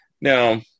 Now